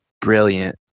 brilliant